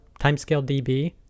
TimescaleDB